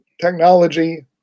technology